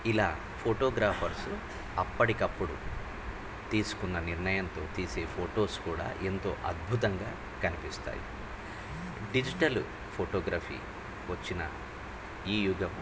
ఇలా ఫోటోగ్రాఫర్స్ అప్పటికప్పుడు తీసుకున్న నిర్ణయంతో తీసే ఫొటోస్ కూడా ఎంతో అద్భుతంగా కనిపిస్తాయి డిజిటల్ ఫోటోగ్రఫీ వచ్చిన ఈ యుగం